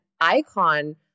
icon